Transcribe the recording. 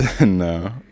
No